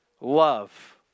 love